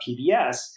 PBS